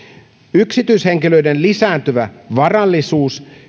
yksityishenkilöiden lisääntyvä varallisuus